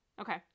Okay